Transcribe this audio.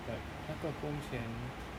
like 那个工钱